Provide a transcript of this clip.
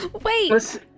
Wait